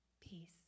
peace